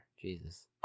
Jesus